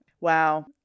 Wow